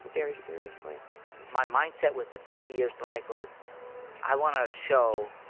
very seriously my mindset with the fifty years to life was i want to show,